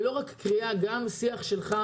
ולא רק קריאה אלא גם שיח שלך,